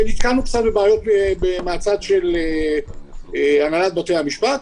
נתקלנו קצת בבעיות מהצד של הנהלת בתי-המשפט,